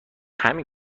همین